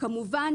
כמובן,